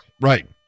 Right